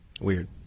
Weird